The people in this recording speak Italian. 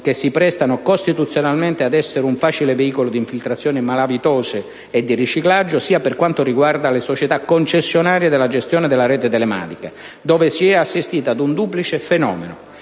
che si prestano costituzionalmente ad essere un facile veicolo di infiltrazioni malavitose e di riciclaggio, sia per quanto riguarda le società concessionarie della gestione della rete telematica, dove si è assistito ad un duplice fenomeno: